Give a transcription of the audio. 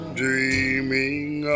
dreaming